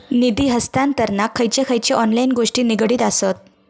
निधी हस्तांतरणाक खयचे खयचे ऑनलाइन गोष्टी निगडीत आसत?